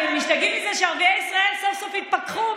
הם משתגעים מזה שערביי ישראל סוף-סוף התפכחו,